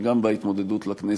וגם בהתמודדות לכנסת,